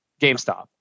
GameStop